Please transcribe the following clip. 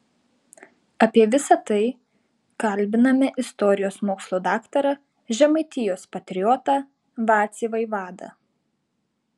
apie visa tai kalbiname istorijos mokslų daktarą žemaitijos patriotą vacį vaivadą